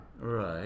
Right